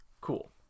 cool